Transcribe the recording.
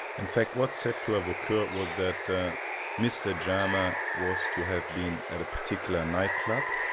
in fact what's said to have occurred was that that mr jama was to have been at a particular nightclub,